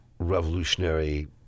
revolutionary